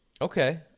okay